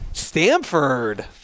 Stanford